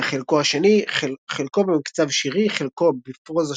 וחלקו השני - חלקו במקצב שירי חלקו בפרוזה